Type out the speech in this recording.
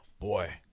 boy